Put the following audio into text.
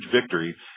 victory